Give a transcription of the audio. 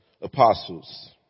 apostles